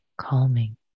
calming